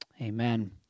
Amen